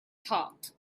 talked